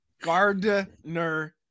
Gardner